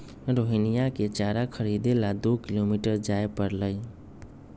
रोहिणीया के चारा खरीदे ला दो किलोमीटर जाय पड़लय